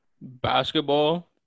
Basketball